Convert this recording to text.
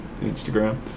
Instagram